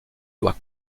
doit